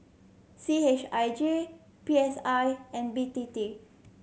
C H I J P S I and B T T